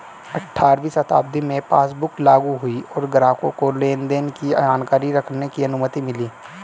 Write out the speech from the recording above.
अठारहवीं शताब्दी में पासबुक लागु हुई और ग्राहकों को लेनदेन की जानकारी रखने की अनुमति मिली